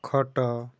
ଖଟ